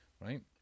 right